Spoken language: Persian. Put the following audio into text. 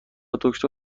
دکتر